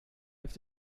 have